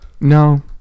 No